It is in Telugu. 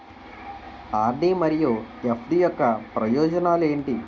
ఆర్.డి మరియు ఎఫ్.డి యొక్క ప్రయోజనాలు ఏంటి?